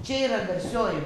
čia yra garsioji